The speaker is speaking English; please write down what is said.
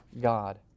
God